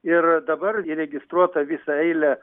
ir dabar įregistruota visa eilė